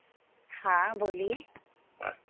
हाँ बोलिए